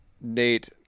Nate